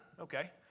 Okay